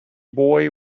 boy